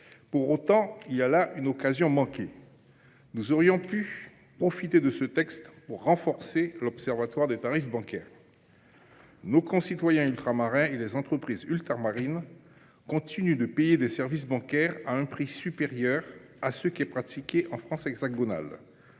Reste qu’il y a là une occasion manquée : nous aurions pu profiter de ce texte pour renforcer l’observatoire des tarifs bancaires. Nos concitoyens ultramarins et les entreprises ultramarines continuent de payer des services bancaires à un prix supérieur à celui qui est pratiqué en France hexagonale.